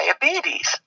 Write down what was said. diabetes